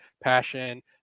passion